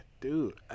dude